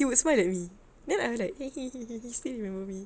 he would smile at me then I'm like he he he he he still remember me